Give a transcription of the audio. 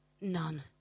None